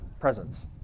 presence